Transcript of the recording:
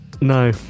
No